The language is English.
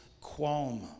qualm